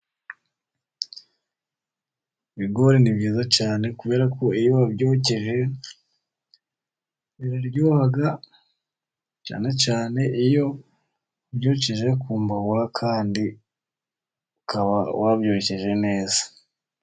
Ibigori ni byiza cyane, kubera ko iyo wa byokeje biraryoha, cyane cyane iyo ubyokeje ku mbabura, kandi ukaba wabyokeje neza.